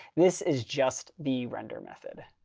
this is just the render method.